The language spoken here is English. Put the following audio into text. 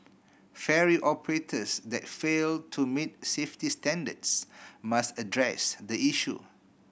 ferry operators that fail to meet safety standards must address the issue